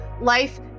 life